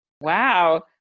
Wow